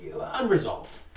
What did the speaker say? unresolved